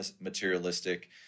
materialistic